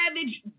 savage